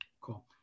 Cool